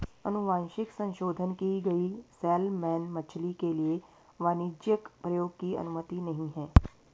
अनुवांशिक संशोधन की गई सैलमन मछली के लिए वाणिज्यिक प्रयोग की अनुमति नहीं है